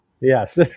Yes